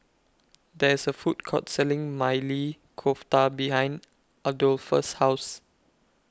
There IS A Food Court Selling Maili Kofta behind Adolphus' House